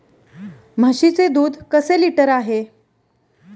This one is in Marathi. म्हशीचे दूध कसे लिटर आहे?